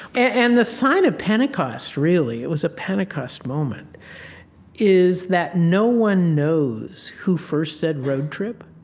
and the sign of pentecost, really it was a pentecost moment is that no one knows who first said road trip.